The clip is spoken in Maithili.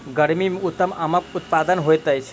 गर्मी मे उत्तम आमक उत्पादन होइत अछि